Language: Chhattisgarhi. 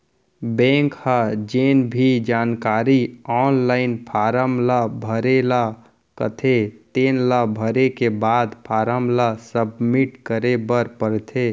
बेंक ह जेन भी जानकारी आनलाइन फारम ल भरे ल कथे तेन ल भरे के बाद फारम ल सबमिट करे बर परथे